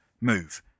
move